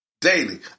Daily